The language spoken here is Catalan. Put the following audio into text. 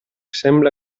sembla